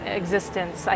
existence